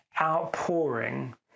outpouring